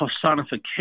personification